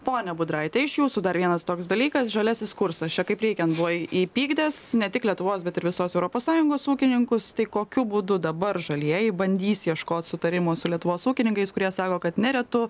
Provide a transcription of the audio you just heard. ponia budraite iš jūsų dar vienas toks dalykas žaliasis kursas čia kaip reikiant buvo į įpykdęs ne tik lietuvos bet ir visos europos sąjungos ūkininkus tai kokiu būdu dabar žalieji bandys ieškoti sutarimo su lietuvos ūkininkais kurie sako kad neretu